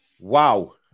Wow